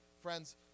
Friends